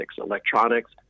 electronics